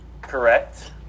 Correct